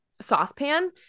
saucepan